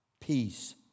peace